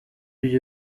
ibyo